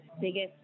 biggest